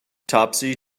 topsy